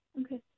Okay